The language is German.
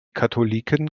katholiken